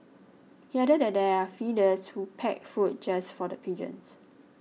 he added that there are feeders who pack food just for the pigeons